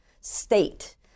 state